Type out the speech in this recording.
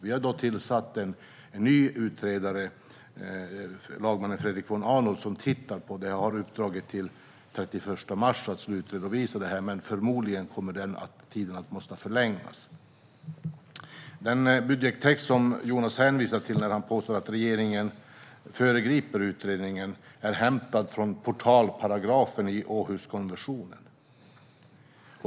Vi har tillsatt en ny utredare, lagmannen Fredrik von Arnold, som har i uppdrag att titta på detta och lämna en slutredovisning den 31 mars. Förmodligen måste tiden dock förlängas. Den budgettext som Jonas hänvisar till när han påstår att regeringen föregriper utredningen är hämtad från portalparagrafen i Århuskonventionen.